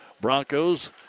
Broncos